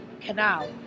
canal